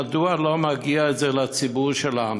מדוע זה לא מגיע לציבור שלנו?